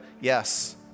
yes